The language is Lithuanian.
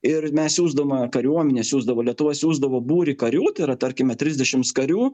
ir mes siųsdavome kariuomenę siųsdavo lietuva siųsdavo būrį karių tėra tarkime trisdešims karių